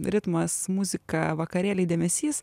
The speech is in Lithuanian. ritmas muzika vakarėliai dėmesys